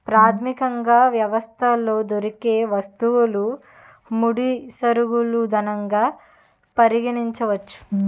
ప్రాథమికంగా వ్యవస్థలో దొరికే వస్తువులు ముడి సరుకులు ధనంగా పరిగణించవచ్చు